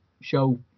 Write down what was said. show